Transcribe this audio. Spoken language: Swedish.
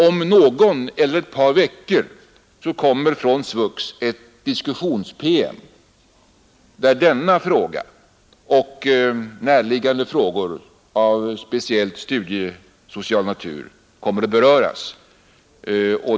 Om någon vecka eller ett par kommer från SVUX en diskussionspromemoria där denna fråga och närliggande frågor, speciellt av studiesocial natur, kommer att beröras.